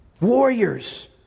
warriors